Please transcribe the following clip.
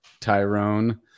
tyrone